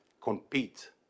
compete